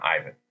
Ivan